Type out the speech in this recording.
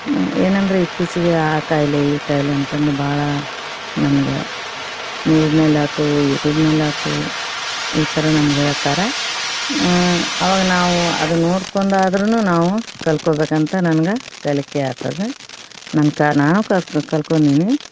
ಏನೆಂದ್ರೆ ಇತ್ತೀಚೆಗೆ ಆ ಕಾಯಿಲೆ ಈ ಕಾಯಿಲೆ ಅಂತಂದು ಭಾಳ ನಮಗೆ ನ್ಯೂಸ್ನಲ್ಲಾತು ಯೂಟೂಬ್ನಲ್ಲಾತು ಈ ಥರ ನಮ್ಗೆ ಹೇಳ್ತಾರೆ ಅವಾಗ ನಾವು ಅದು ನೋಡಿಕೊಂಡಾದ್ರೂನು ನಾವು ಕಲ್ತ್ಕೊಳ್ಬೇಕಂತ ನನಗೆ ಕಲಿಕೆ ಆಗ್ತದ ನಾನು ಕಾ ನಾನೂ ಕಲ್ತ್ಕೊ ಕಲ್ತ್ಕೊಂಡೀನಿ